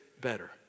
better